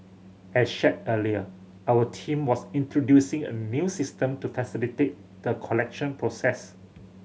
as shared earlier our team was introducing a new system to facilitate the collection process